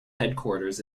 headquarters